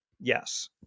yes